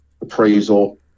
appraisal